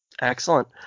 Excellent